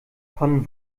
von